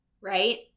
right